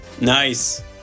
Nice